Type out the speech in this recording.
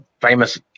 famous